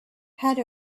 had